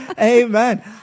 Amen